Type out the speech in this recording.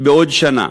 בעוד שנה.